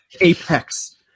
apex